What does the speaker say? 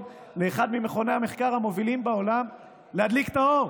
לאחד ממכוני המחקר המובילים בעולם להדליק את האור.